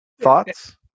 Thoughts